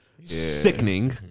Sickening